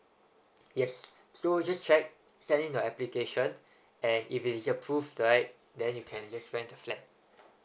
yes so just check send in your application and if it's approved right then you can just rent the flat